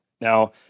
Now